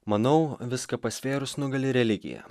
manau viską pasvėrus nugali religija